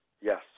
Yes